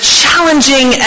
challenging